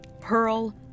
Pearl